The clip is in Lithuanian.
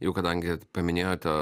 jau kadangi paminėjote